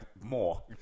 more